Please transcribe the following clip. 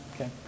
Okay